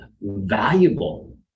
valuable